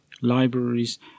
libraries